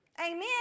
Amen